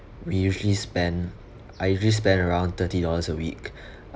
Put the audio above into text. we usually spend I usually spend around thirty dollars a week